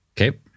Okay